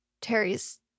Terry's